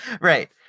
right